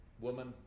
woman